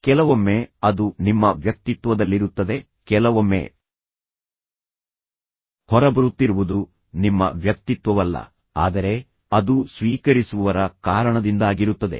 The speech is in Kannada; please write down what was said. ಕೆಲವೊಮ್ಮೆ ಅದು ನಿಮ್ಮ ವ್ಯಕ್ತಿತ್ವದಲ್ಲಿರುತ್ತದೆ ಕೆಲವೊಮ್ಮೆ ಹೊರಬರುತ್ತಿರುವುದು ನಿಮ್ಮ ವ್ಯಕ್ತಿತ್ವವಲ್ಲ ಆದರೆ ಅದು ಸ್ವೀಕರಿಸುವವರ ಕಾರಣದಿಂದಾಗಿರುತ್ತದೆ